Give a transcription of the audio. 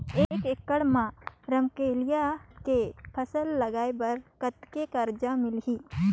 एक एकड़ मा रमकेलिया के फसल लगाय बार कतेक कर्जा मिलही?